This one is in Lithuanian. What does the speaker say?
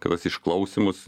tas išklausymas